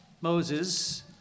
Moses